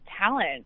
talent